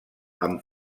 amb